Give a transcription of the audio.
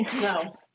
no